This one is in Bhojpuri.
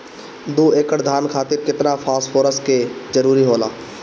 दु एकड़ धान खातिर केतना फास्फोरस के जरूरी होला?